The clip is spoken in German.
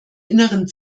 innern